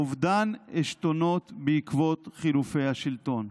אובדן עשתונות בעקבות חילופי השלטון.